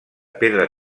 pedra